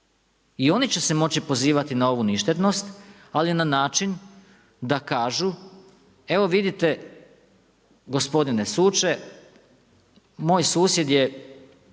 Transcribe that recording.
I oni će se moći pozivati na ovu ništetnost, ali na način, da kažu evo vidite gospodine suče, moj susjed je